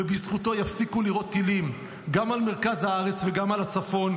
ובזכותו יפסיקו לירות טילים גם על מרכז הארץ וגם על הצפון,